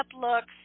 looks